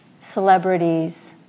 celebrities